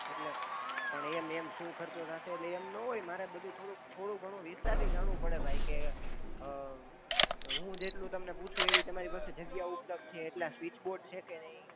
એટલે પણ એમ એમ શું ખર્ચો થાસે એમ નો હોય મારે બધું થોડુંક થોડું ઘણું વિસ્તારથી જાણવું પડે ભાઈ કે હું જેટલું તમને પૂછું એવી તમારી પાસે જગ્યા ઉપલબ્ધ છે એટલા સ્વિચ બોર્ડ છે કે નઈ